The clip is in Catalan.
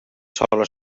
sola